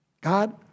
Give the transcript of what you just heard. God